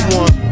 one